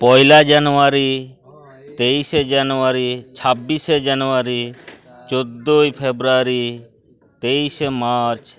ᱯᱚᱭᱞᱟ ᱡᱟᱱᱩᱣᱟᱨᱤ ᱛᱮᱭᱤᱥᱮ ᱡᱟᱱᱩᱣᱟᱨᱤ ᱪᱷᱟᱵᱵᱤᱥᱮ ᱡᱟᱱᱩᱣᱟᱨᱤ ᱪᱳᱫᱫᱳᱭ ᱯᱷᱮᱵᱨᱟᱨᱤ ᱛᱮᱭᱤᱥᱮ ᱢᱟᱨᱪ